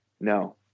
no